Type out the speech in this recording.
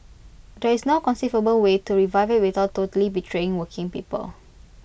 there is no conceivable way to revive IT without totally betraying working people